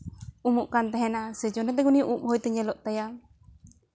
ᱩᱢᱩᱜ ᱠᱟᱱ ᱛᱟᱦᱮᱱᱟ ᱥᱚᱭ ᱡᱚᱱᱱᱮ ᱛᱮ ᱩᱱᱤᱭᱟᱜ ᱩᱵ ᱦᱚᱭᱛᱳ ᱧᱮᱞᱚᱜ ᱛᱟᱭᱟ